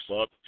up